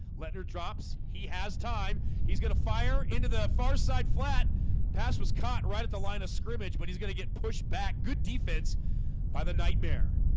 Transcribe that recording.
let nur drops he has time he's gonna fire into the far side flat pass was caught right at the line of scrimmage but he's going to get pushed back good defense by the nightmare